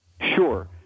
Sure